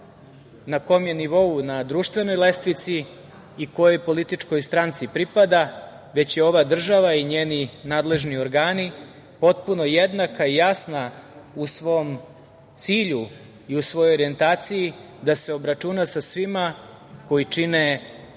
na kom je nivou na društvenoj lestvici i kojoj političkoj stranci pripada, već je ova država i njeni nadležni organi potpuno jednaka i jasna u svom cilju i u svojoj orijentaciji, da se obračuna sa svima koji čine loše i